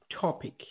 topic